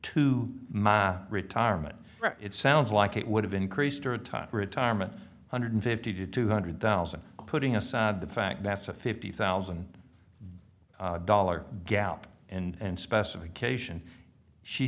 to my retirement it sounds like it would have increased our time retirement hundred fifty to two hundred thousand putting aside the fact that's a fifty thousand dollars gap and specification she